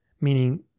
meaning